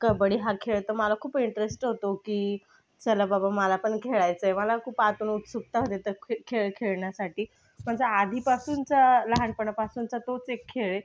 कबड्डी हा खेळ तर मला खूप इंटरेस्ट होतो की चला बाबा मला पण खेळायचं आहे मला खूप आतून उत्सुकता होते की खेळ खेळण्यासाठी माझा आधीपासूनचा लहानपणापासूनचा तोच एक खेळ आहे